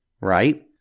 Right